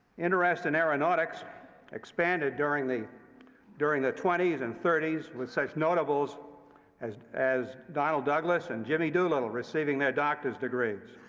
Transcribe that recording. interest in aeronautics expanded during the during the twenty s and thirty s, with such notables as as donald douglas and jimmy doolittle receiving their doctor's degrees.